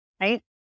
right